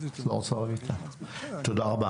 תודה רבה.